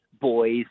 boys